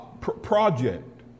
Project